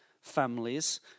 families